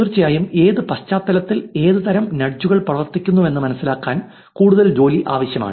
തീർച്ചയായും ഏത് പശ്ചാത്തലത്തിൽ ഏത് തരം നഡ്ജുകൾ പ്രവർത്തിക്കുന്നുവെന്ന് മനസിലാക്കാൻ കൂടുതൽ ജോലി ആവശ്യമാണ്